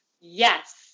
yes